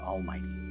Almighty